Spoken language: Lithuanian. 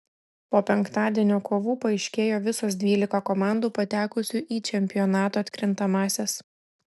po penktadienio kovų paaiškėjo visos dvylika komandų patekusių į čempionato atkrintamąsias